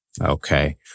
Okay